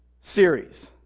series